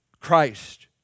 Christ